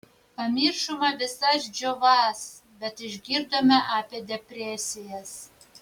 pamiršome visas džiovas bet išgirdome apie depresijas